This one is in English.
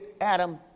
Adam